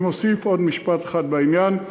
אני מוסיף עוד משפט אחד בעניין: